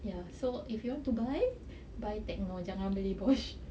ya so if you want to buy buy techno jangan beli bosch